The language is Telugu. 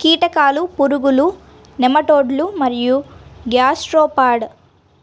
కీటకాలు, పురుగులు, నెమటోడ్లు మరియు గ్యాస్ట్రోపాడ్